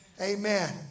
Amen